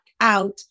out